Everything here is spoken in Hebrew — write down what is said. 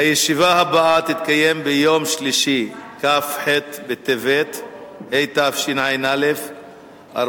הישיבה הבאה תתקיים ביום שלישי, כ"ח בטבת התשע"א,